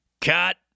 Cut